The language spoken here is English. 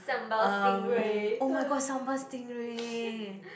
um oh-my-god sambal stingray